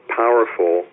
powerful